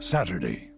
Saturday